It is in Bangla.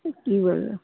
কি বলল